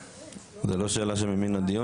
זה לא שאלה שמן הדיון,